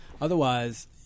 Otherwise